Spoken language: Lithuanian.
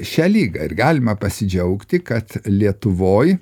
šią ligą ir galima pasidžiaugti kad lietuvoj